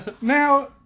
Now